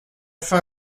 fin